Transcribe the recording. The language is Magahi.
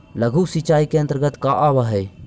लघु सिंचाई के अंतर्गत का आव हइ?